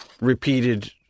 repeated